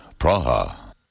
Praha